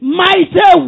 mighty